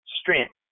strength